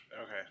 Okay